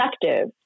effective